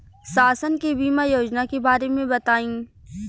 शासन के बीमा योजना के बारे में बताईं?